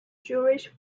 jewish